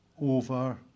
over